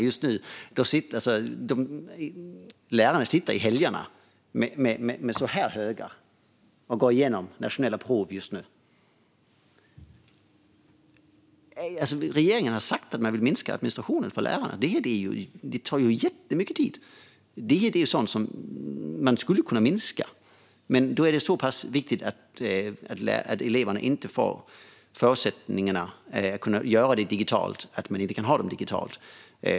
Just nu sitter lärarna på helgerna med stora högar och går igenom nationella prov. Regeringen har sagt att man vill minska administrationen för lärarna. Den tar ju jättemycket tid. Detta är något som skulle kunna minskas, men det är så viktigt att eleverna inte får förutsättningar att göra proven digitalt. De kan inte göras digitalt.